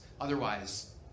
Otherwise